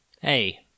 Hey